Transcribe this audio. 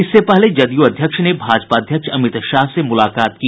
इससे पहले जदयू अध्यक्ष ने भाजपा अध्यक्ष अमित शाह से मुलाकात की